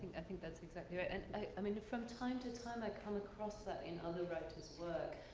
i think that's exactly right. and i mean, from time to time i come across that in other writer's work.